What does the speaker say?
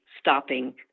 stopping